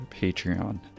Patreon